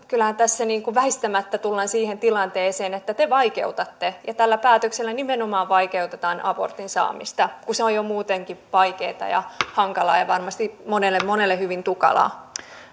kyllähän tässä väistämättä tullaan siihen tilanteeseen että te vaikeutatte ja tällä päätöksellä nimenomaan vaikeutetaan abortin saamista kun se on jo muutenkin vaikeata ja hankalaa ja varmasti monelle monelle hyvin tukalaa